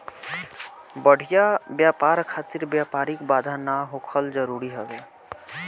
बढ़िया व्यापार खातिर व्यापारिक बाधा ना होखल जरुरी हवे